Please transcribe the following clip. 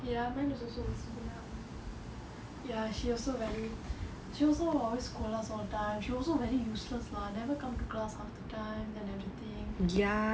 ya mine is also missus guna ya she also very she also will always scold us all the time she also very useless lah never come to class half the time then everything